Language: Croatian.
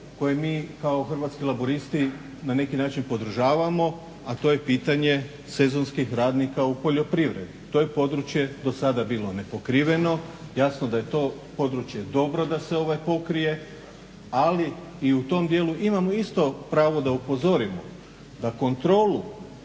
koje mi kao Hrvatski laburisti na neki način podržavamo, a to je pitanje sezonskih radnika u poljoprivredi. To je područje do sada bilo nepokriveno. Jasno da je to područje dobro da se pokrije, ali i u tom dijelu imamo isto pravo da upozorimo da kontrolu